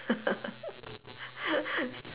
s~